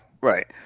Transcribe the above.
right